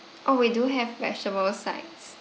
oh we do have vegetable sides